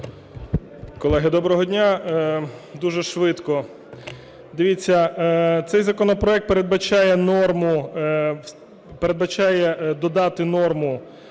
Колеги, доброго дня. Дуже швидко. Дивіться, цей законопроект передбачає додати норму